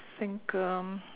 think um